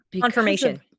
confirmation